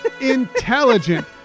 intelligent